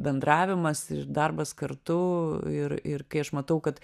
bendravimas ir darbas kartu ir ir kai aš matau kad